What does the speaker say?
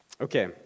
Okay